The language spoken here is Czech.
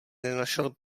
nenašel